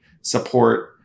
support